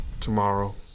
Tomorrow